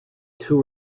two